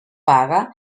paga